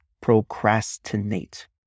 Procrastinate